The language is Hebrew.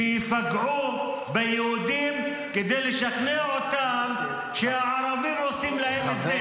שיפגעו ביהודים כדי לשכנע אותם שהערבים עושים להם את זה- -.